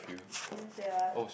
ya sia